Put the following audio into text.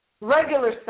regular